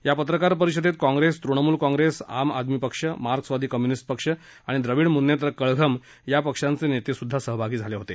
या पत्रकार परिषदेत कॉंप्रेस तृणमूल कॉंप्रेस आम आदमी पक्ष मार्क्सवादी कम्युनिस्ट पक्ष आणि द्रविड मुन्नेत्र कळघम या पक्षांचे नेते सुद्धा सहभागी झाले होते